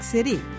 City